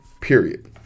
period